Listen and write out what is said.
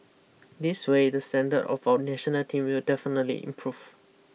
this way the standard of our national team will definitely improve